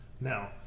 Now